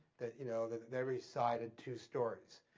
that you know that every side two stories.